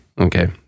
okay